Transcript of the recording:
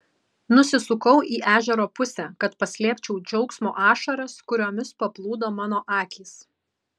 nusisukau į ežero pusę kad paslėpčiau džiaugsmo ašaras kuriomis paplūdo mano akys